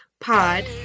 Pod